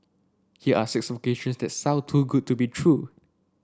here are six vocations that sound too good to be true